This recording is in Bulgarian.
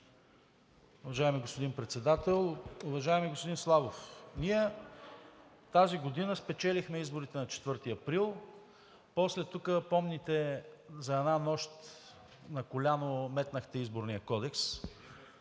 Уважаеми господин Председател! Уважаеми господин Славов, ние тази година спечелихме изборите на 4 април, после помните тук, че за една нощ на коляно метнахте Изборния кодекс,